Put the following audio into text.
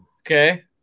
Okay